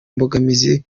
mbogamizi